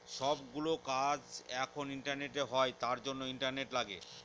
সব গুলো কাজ এখন ইন্টারনেটে হয় তার জন্য ইন্টারনেট লাগে